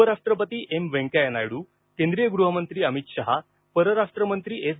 उपराष्ट्रपती एम व्यंकथ्या नायडू केंद्रीय गृहमंत्री अमित शहा परराष्ट्र मंत्री एस